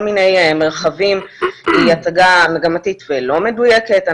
מיני מרחבים היא הצגה מגמתית ולא מדויקת.